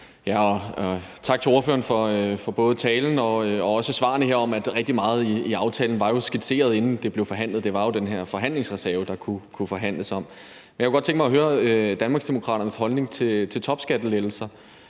Tak til ordføreren for både talen og også svarene her om, at rigtig meget i aftalen jo var skitseret, inden det blev forhandlet. Det var jo den her forhandlingsreserve, der kunne forhandles om. Men jeg kunne godt tænke mig at høre Danmarksdemokraternes holdning til topskattelettelser.